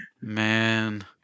Man